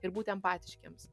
ir būti empatiškiems